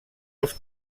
els